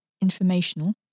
informational